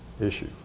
issue